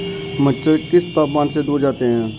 मच्छर किस तापमान से दूर जाते हैं?